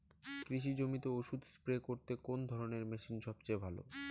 কৃষি জমিতে ওষুধ স্প্রে করতে কোন ধরণের মেশিন সবচেয়ে ভালো?